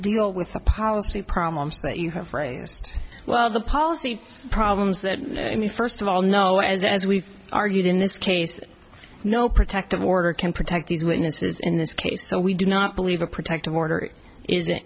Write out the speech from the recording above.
deal with the policy problems that you have raised well the policy problems that i mean first of all no as we've argued in this case no protective order can protect these witnesses in this case so we do not believe a protective order is